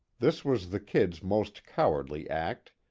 this was the kid's most cowardly act.